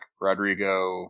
Rodrigo